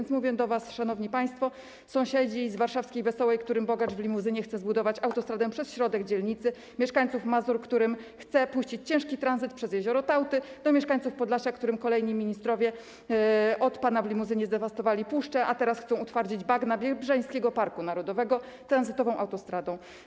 Zatem mówię do was, szanowni państwo, sąsiedzi z warszawskiej Wesołej, którym bogacz w limuzynie chce zbudować autostradę przez środek dzielnicy, mieszkańcy Mazur, którym chce puścić ciężki tranzyt przez jezioro Tałty, mieszkańcy Podlasia, którym kolejni ministrowie pana w limuzynie zdewastowali puszczę, a teraz chcą utwardzić bagna Biebrzańskiego Parku Narodowego tranzytową autostradą.